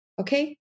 okay